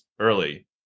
early